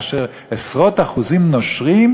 כאשר עשרות אחוזים נושרים?